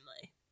family